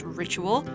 ritual